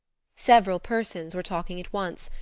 several persons were talking at once,